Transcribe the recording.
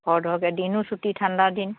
খৰধৰকে দিনো চুটি ঠাণ্ডা দিন